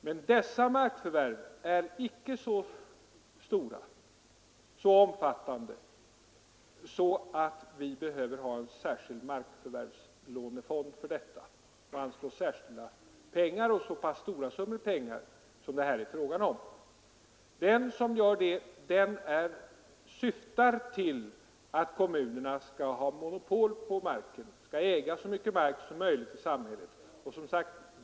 Men dessa markförvärv är icke så omfattande att det behövs en särskild markförvärvslånefond till vilken anslås så stora pengar som det här är fråga om. Detta måste syfta till att kommunerna skall ha monopol på mark, äga så mycket mark som möjligt i samhället.